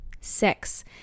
six